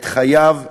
את חייו בידיו.